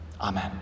Amen